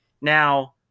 Now